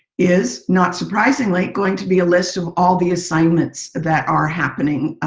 is not surprisingly going to be a list of all the assignments that are happening.